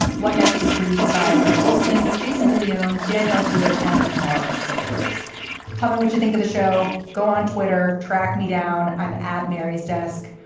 what next is produced by mary wilson? jason de leon, danielle hewitt and maura silvers tell me what you think of the show. go on twitter. track me down. i'm at mary's desk.